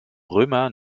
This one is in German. römer